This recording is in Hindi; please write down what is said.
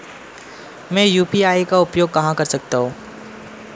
मैं यू.पी.आई का उपयोग कहां कर सकता हूं?